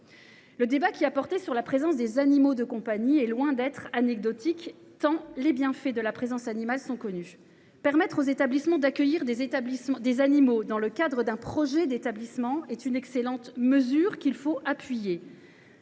Le débat qui a porté sur la présence des animaux de compagnie est loin d’être anecdotique, tant les bienfaits de la présence animale sont connus. Permettre aux établissements d’accueillir des animaux dans le cadre d’un projet d’établissement est une excellente mesure. Toutefois,